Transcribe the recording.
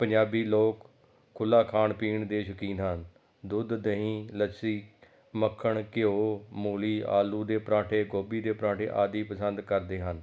ਪੰਜਾਬੀ ਲੋਕ ਖੁੱਲਾ ਖਾਣ ਪੀਣ ਦੇ ਸ਼ੌਕੀਨ ਹਨ ਦੁੱਧ ਦਹੀਂ ਲੱਸੀ ਮੱਖਣ ਘਿਓ ਮੂਲੀ ਆਲੂ ਦੇ ਪਰਾਂਠੇ ਗੋਭੀ ਦੇ ਪਰਾਂਠੇ ਆਦਿ ਪਸੰਦ ਕਰਦੇ ਹਨ